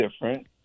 different